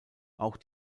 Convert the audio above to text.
auch